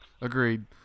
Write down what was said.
Agreed